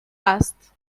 است